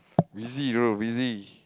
busy bro busy